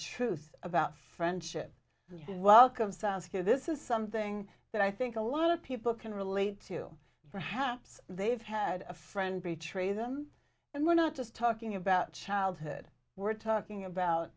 truth about friendship and welcome saskia this is something that i think a lot of people can relate to perhaps they've had a friend be treason and we're not just talking about childhood we're talking about